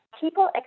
people